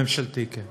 זה ממשלתי, כן.